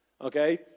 Okay